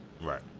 Right